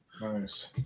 Nice